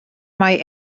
mae